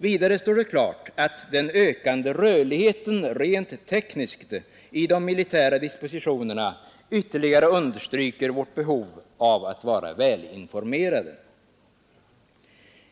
Vidare står det klart att den ökande rörligheten rent tekniskt i de militära dispositionerna ytterligare understryker vårt behov av att vara välinformerade.